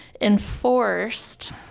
enforced